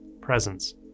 presence